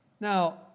Now